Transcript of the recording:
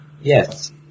Yes